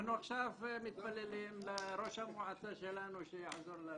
אנחנו עכשיו מתפללים לראש המועצה שלנו שיעזור לנו